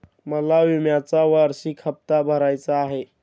मला विम्याचा वार्षिक हप्ता भरायचा आहे